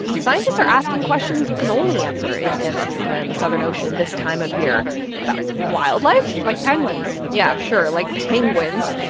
scientists are asking questions you can only answer in antarctica and the southern ocean this time of year about wildlife like penguins yeah, sure, like penguins.